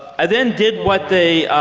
i then did what they